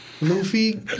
Luffy